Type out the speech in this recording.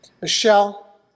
Michelle